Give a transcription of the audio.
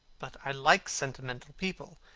but i like sentimental people.